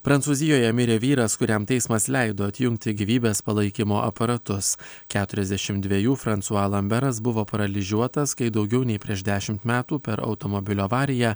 prancūzijoje mirė vyras kuriam teismas leido atjungti gyvybės palaikymo aparatus keturiasdešim dvejų fransua lamberas buvo paralyžiuotas kai daugiau nei prieš dešimt metų per automobilio avariją